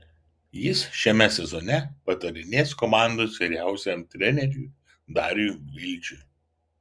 jis šiame sezone patarinės komandos vyriausiajam treneriui dariui gvildžiui